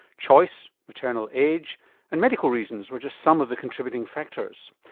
choice, maternal age and medical reasons were just some of the contributing factors.